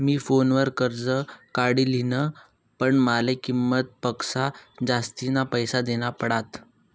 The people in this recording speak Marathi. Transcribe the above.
मी फोनवर कर्ज काढी लिन्ह, पण माले किंमत पक्सा जास्तीना पैसा देना पडात